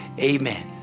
Amen